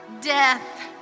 death